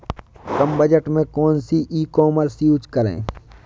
कम budget में कौन सी ई कॉमर्स यूज़ करें?